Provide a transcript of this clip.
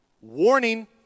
Warning